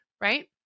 right